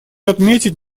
отметить